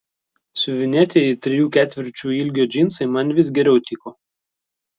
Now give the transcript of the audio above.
siuvinėtieji trijų ketvirčių ilgio džinsai man vis geriau tiko